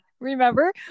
remember